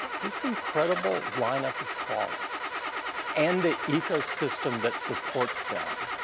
this incredible lineup of products and the ecosystem that supports them